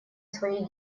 своей